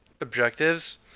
objectives